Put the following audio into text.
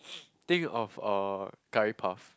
think of uh curry puff